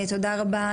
תודה רבה